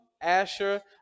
Asher